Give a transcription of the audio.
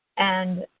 and